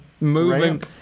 moving